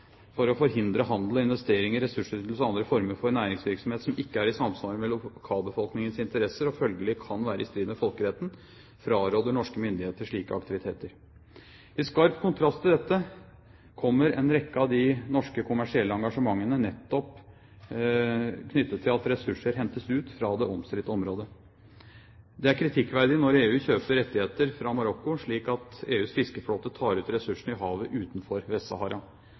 For å forhindre handel, investeringer, ressursutnyttelse og andre former for næringsvirksomhet som ikke er i samsvar med lokalbefolkningens interesser og følgelig kan være i strid med folkeretten, fraråder norske myndigheter slike aktiviteter.» I skarp kontrast til dette kommer en rekke av de norske kommersielle engasjementene nettopp knyttet til at ressurser hentes ut fra det omstridte området. Det er kritikkverdig når EU kjøper rettigheter fra Marokko, slik at EUs fiskeflåte tar ut ressursene i havet utenfor